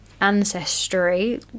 ancestry